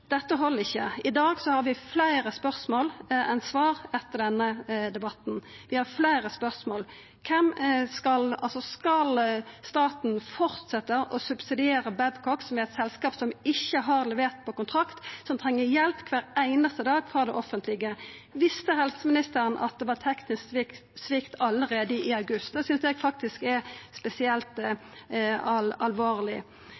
Dette held ikkje. Vi har fleire spørsmål enn svar etter debatten i dag. Skal staten fortsetja å subsidiera Babcock som er eit selskap som ikkje har levert på kontrakt, og som treng hjelp kvar einaste dag frå det offentlege? Visste helseministeren at det var teknisk svikt allereie i august? Det synest eg faktisk er spesielt